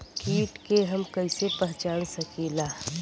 कीट के हम कईसे पहचान सकीला